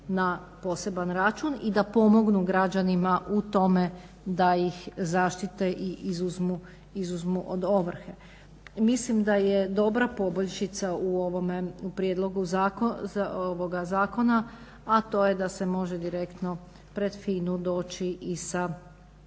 na poseban račun i da pomognu građanima u tome da ih zaštite i izuzmu od ovrhe. Mislim da je dobra poboljšica u prijedlogu zakona, a to je da se može direktno pred FINA-u doći i sa,